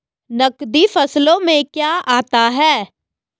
नकदी फसलों में क्या आता है?